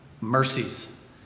mercies